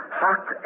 hot